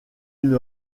une